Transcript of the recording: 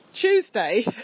Tuesday